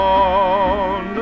on